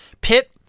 Pitt